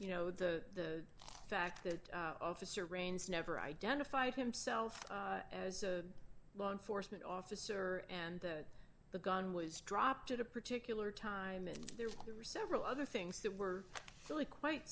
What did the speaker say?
you know the fact that officer raines never identified himself as a law enforcement officer and the gun was dropped at a particular time and there were several other things that were really quite